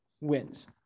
wins